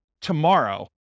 tomorrow